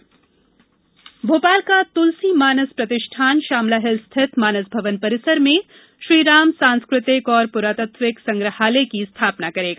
मानस प्रतिष्ठान भोपाल का तुलसी मानस प्रतिष्ठान श्यामला हिल्स स्थित मानस भवन परिसर में श्रीराम सांस्कृतिक और पुरातात्विक संग्रहालय की स्थापना करेगा